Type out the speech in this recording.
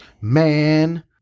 Man